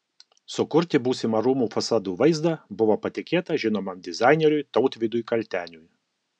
sukurti būsimą rūmų fasadų vaizdą buvo patikėta žinomam dizaineriui tautvydui kalteniui